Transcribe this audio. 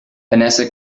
vanessa